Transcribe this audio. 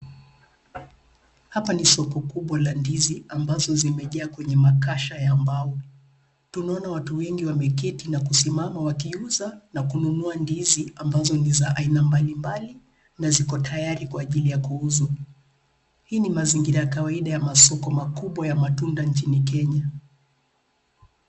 Hapa ni soko kubwa la ndizi ambazo zimejaa kwenye makasha ya mbao. Tunaona watu wengi wameketi na kusimama wakiuza na kununua ndizi ambazo ni za aina mbalimbali na ziko tayari kwa ajili ya kuuzwa. Hii ni mazingira ya kawaida ya masoko makubwa ya matunda nchini Kenya.